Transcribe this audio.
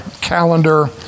calendar